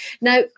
Now